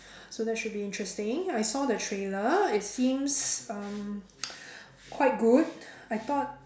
so that should be interesting I saw the trailer it seems um quite good I thought